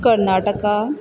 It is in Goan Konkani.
कर्नाटका